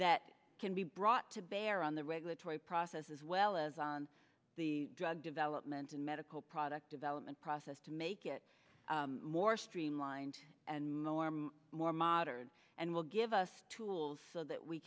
that can be brought to bear on the regulatory process as well as on the drug development and medical product development process to make it more streamlined and more modern and will give us tools so that we